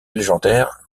légendaire